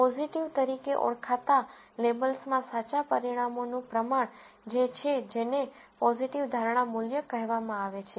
positive તરીકે ઓળખાતા લેબલ્સમાં સાચા પરિણામોનું પ્રમાણ જે છે જેને પોઝીટિવ ધારણા મૂલ્ય કહેવામાં આવે છે